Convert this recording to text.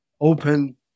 open